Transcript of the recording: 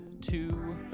two